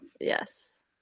Yes